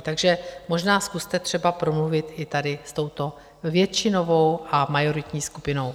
Takže možná zkuste třeba promluvit i tady s touto většinovou a majoritní skupinou.